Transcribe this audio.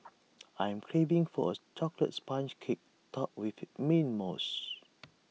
I am craving for A Chocolates Sponge Cake Topped with Mint Mousse